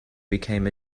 became